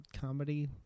comedy